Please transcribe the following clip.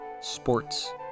sports